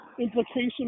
implication